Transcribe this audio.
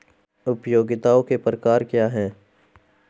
उपयोगिताओं के प्रकार क्या हैं?